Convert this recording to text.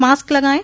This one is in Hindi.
मास्क लगायें